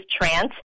trance